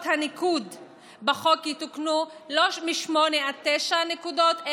הניקוד בחוק יתוקנו לא מ-8 עד 9 נקודות,